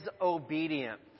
obedient